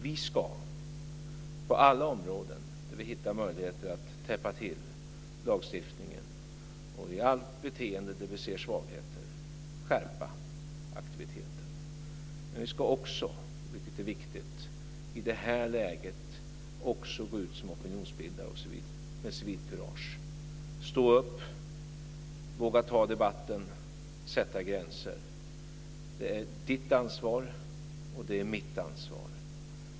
Vi ska på alla områden där vi hittar möjligheter att täppa till lagstiftningen och i allt beteende där vi ser svagheter skärpa aktiviteten. Men det är också viktigt att i det här läget gå ut som opinionsbildare med civilkurage. Vi ska stå upp, våga ta debatten och sätta gränser. Det är Yvonne Ruwaidas ansvar, och det är mitt ansvar.